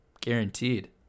Guaranteed